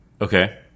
Okay